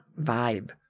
vibe